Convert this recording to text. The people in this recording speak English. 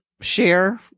share